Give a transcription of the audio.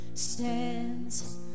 stands